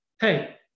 hey